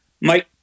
Mike